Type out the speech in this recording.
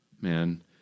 Man